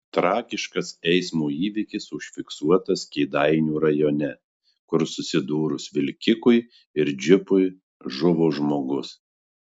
tragiškas eismo įvykis užfiksuotas kėdainių rajone kur susidūrus vilkikui ir džipui žuvo žmogus